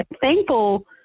thankful